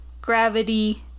gravity